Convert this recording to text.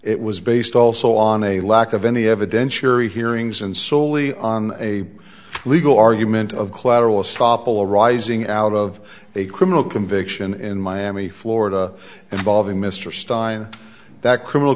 it was based also on a lack of any evidentiary hearings and solely on a legal argument of collateral estoppel arising out of a criminal conviction in miami florida involving mr stein that criminal